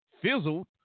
fizzled